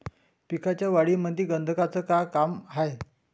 पिकाच्या वाढीमंदी गंधकाचं का काम हाये?